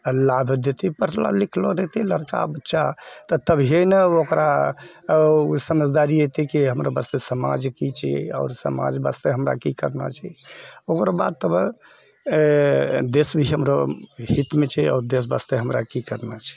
पढ़लो लिखलो रहतै लड़का बच्चा तऽ तभिये नऽ ओकरा समझदारी एतै कि हमरो वास्ते समाज की छियै आओर समाज वास्ते हमरा की करना छै ओकरो बाद तबे देश भी हमर हितमे छै आओर देश वास्ते हमरा की करना छै